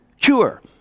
cure